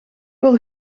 wel